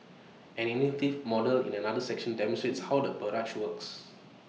an innovative model in another section demonstrates how the barrage works